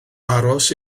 aros